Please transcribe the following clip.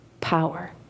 power